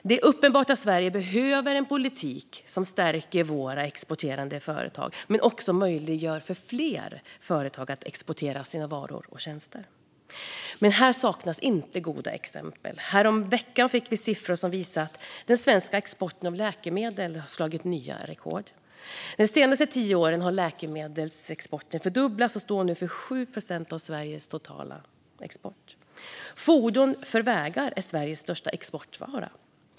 Det är uppenbart att Sverige behöver en politik som stärker våra exporterande företag men också möjliggör för fler företag att exportera sina varor eller tjänster. Här saknas inte goda exempel; häromveckan fick vi siffror som visade att den svenska exporten av läkemedel har slagit nya rekord. De senaste tio åren har läkemedelsexporten fördubblats, och den står nu för 7 procent av Sveriges totala export. Fordon för vägar är Sveriges största exportvara.